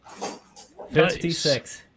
56